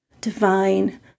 divine